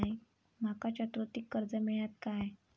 माका चतुर्थीक कर्ज मेळात काय?